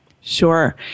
Sure